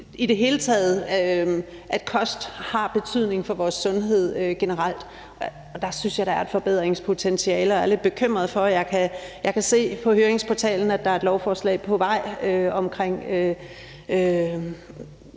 i det hele taget på, at kost har betydning for vores sundhed generelt. Der synes jeg, der er et forbedringspotentiale, og jeg er lidt bekymret, når jeg kan se på høringsportalen, at der er et lovforslag på vej omkring,